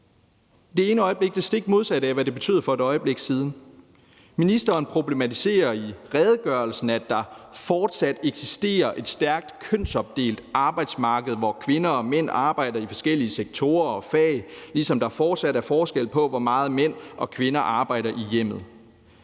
betyder det det stik modsatte af, hvad det betød for et øjeblik siden. Ministeren problematiserer i redegørelsen, at der fortsat eksisterer et stærkt kønsopdelt arbejdsmarked, hvor kvinder og mænd arbejder i forskellige sektorer og fag, og at der fortsat er forskel på, hvor meget mænd og kvinder arbejder i hjemmet.